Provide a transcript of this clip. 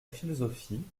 philosophie